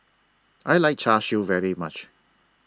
I like Char Siu very much